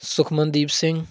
Sukhmandeep Singh